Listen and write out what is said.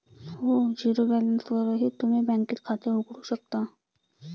हो, झिरो बॅलन्सवरही तुम्ही बँकेत खातं उघडू शकता